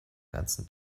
ganzen